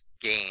game